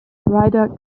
ryder